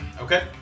Okay